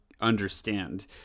understand